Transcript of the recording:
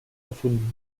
erfunden